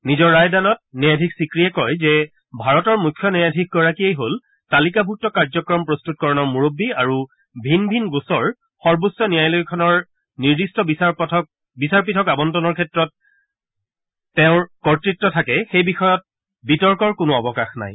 নিজৰ ৰায়দানত ন্যায়াধীশ ছিক্ৰিয়ে কয় যে ভাৰতৰ মুখ্য ন্যায়াধীশগৰাকীয়েই যে তালিকাভুক্ত কাৰ্যক্ৰম প্ৰস্তুতকৰণৰ মুৰববী আৰু ভিন ভিন গোচৰ সৰ্বোচ্চ ন্যায়ালয়খনৰ নিৰ্দিষ্ট বিচাৰপীঠক আৰণ্টনৰ ক্ষেত্ৰত তেওঁৰ কৰ্ত্ত থাকে সেই বিষয়ত বিতৰ্কৰ কোনো অৱকাশ নাই